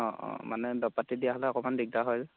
মানে দৰব পাতি দিয়া হ'লে অকণমান দিগদাৰ হয় যে